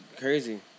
crazy